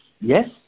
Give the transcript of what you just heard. Yes